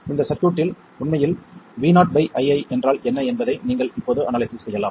இந்த சர்க்யூட்டில் உண்மையில் VOii என்றால் என்ன என்பதை நீங்கள் இப்போது அனாலிசிஸ் செய்யலாம்